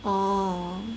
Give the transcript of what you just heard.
orh